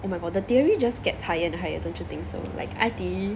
oh my god the theory just gets higher and higher don't you think so like I_T_E